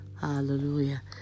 Hallelujah